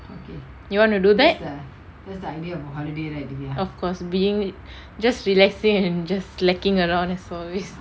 you want to do that of course being just relaxing and just slacking around is always